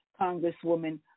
congresswoman